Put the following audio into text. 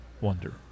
wonder